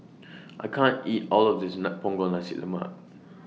I can't eat All of This Punggol Nasi Lemak